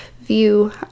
view